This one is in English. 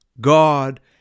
God